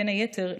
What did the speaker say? בין היתר,